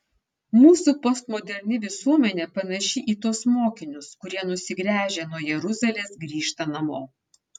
mūsų postmoderni visuomenė panaši į tuos mokinius kurie nusigręžę nuo jeruzalės grįžta namo